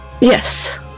Yes